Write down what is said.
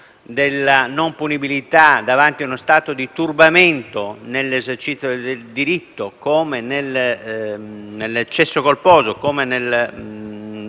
della non punibilità davanti a uno stato di turbamento nell'esercizio del diritto, come nell'eccesso colposo, mutuando